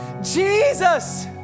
Jesus